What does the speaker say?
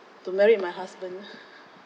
to married my husband